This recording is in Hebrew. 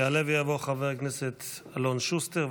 יעלה ויבוא חבר הכנסת אלון שוסטר,